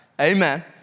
amen